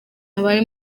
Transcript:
abari